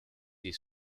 des